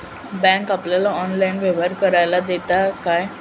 Bank आपल्याला online व्यवहार करायला देता काय?